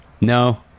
No